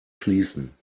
schließen